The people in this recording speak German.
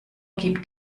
gibt